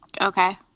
Okay